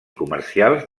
comercials